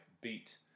beat